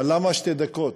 למה שתי דקות?